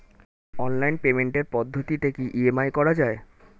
Online পেমেন্টের পদ্ধতিতে কি ই.এম.আই করা যায়?